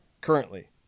currently